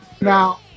Now